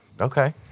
Okay